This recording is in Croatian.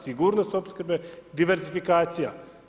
Sigurnost opskrbe, divertifikacija.